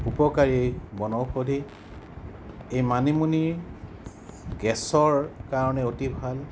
উপকাৰী বনৌষধি এই মানিমুনি গেছৰ কাৰণে অতি ভাল